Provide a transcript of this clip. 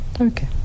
Okay